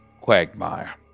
Quagmire